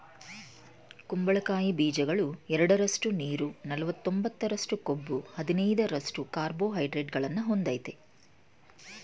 ಕುಂಬಳಕಾಯಿ ಬೀಜಗಳು ಎರಡರಷ್ಟು ನೀರು ನಲವತ್ತೊಂಬತ್ತರಷ್ಟು ಕೊಬ್ಬು ಹದಿನೈದರಷ್ಟು ಕಾರ್ಬೋಹೈಡ್ರೇಟ್ಗಳನ್ನು ಹೊಂದಯ್ತೆ